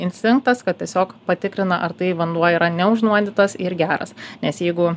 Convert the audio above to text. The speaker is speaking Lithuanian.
instinktas kad tiesiog patikrina ar tai vanduo yra neužnuodytas ir geras nes jeigu